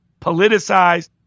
politicized